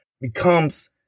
becomes